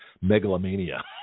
megalomania